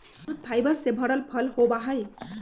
अमरुद फाइबर से भरल फल होबा हई